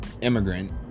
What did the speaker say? immigrant